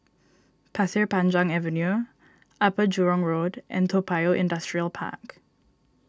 Pasir Panjang Avenue Upper Jurong Road and Toa Payoh Industrial Park